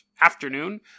afternoon